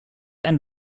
ein